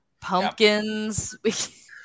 pumpkins